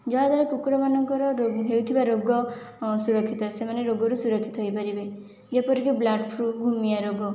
ଯାହାଦ୍ୱାରା କୁକୁଡ଼ାମାନଙ୍କୁ ହେଉଥିବା ରୋଗ ସୁରକ୍ଷିତ ସେମାନେ ରୋଗରୁ ସୁରକ୍ଷିତ ହୋଇପାରିବେ ଯେପରିକି ବାର୍ଡ଼ ଫ୍ଲୁ ଘୁମିୟା ରୋଗ